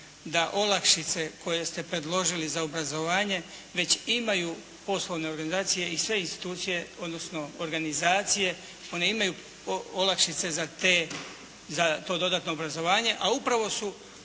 da olakšice koje ste predložili za obrazovanje već imaju poslovne organizacije i sve institucije, odnosno organizacije. One imaju olakšice za to dodatno obrazovanje, a upravo su